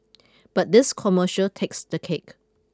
but this commercial takes the cake